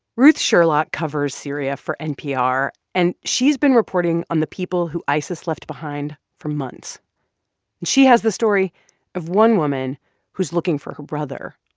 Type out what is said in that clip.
ruth sherlock covers syria for npr, and she's been reporting on the people who isis left behind for months. and she has the story of one woman who's looking for her brother.